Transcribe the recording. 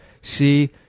see